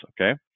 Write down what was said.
okay